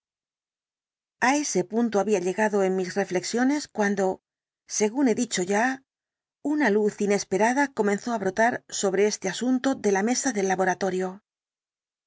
a ese punto había llegado en mis reflexiones cuando según he dicho ya una luz inesperada comenzó á brotar sobre este explicación completa del caso asunto de la mesa del laboratorio